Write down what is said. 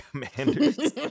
commanders